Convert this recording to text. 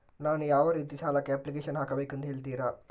ನಾನು ಯಾವ ರೀತಿ ಸಾಲಕ್ಕೆ ಅಪ್ಲಿಕೇಶನ್ ಹಾಕಬೇಕೆಂದು ಹೇಳ್ತಿರಾ?